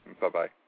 Bye-bye